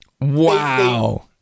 Wow